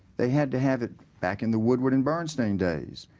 they had to have it back in the woodward and bernstein days.